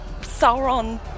Sauron